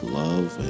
love